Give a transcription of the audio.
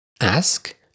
Ask